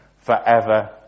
forever